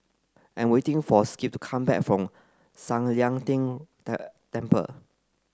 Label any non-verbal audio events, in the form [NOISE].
I'm waiting for Skip to come back from San Lian Deng [UNINTELLIGIBLE] Temple